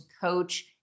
coach